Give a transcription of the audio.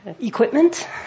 equipment